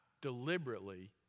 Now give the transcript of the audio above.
deliberately